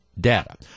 data